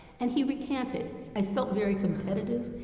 and he recanted. i felt very competitive,